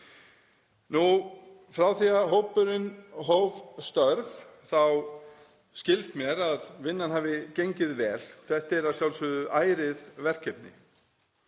Frá því að hópurinn hóf störf skilst mér að vinnan hafi gengið vel. Þetta er að sjálfsögðu ærið verkefni.